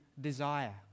desire